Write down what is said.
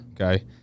Okay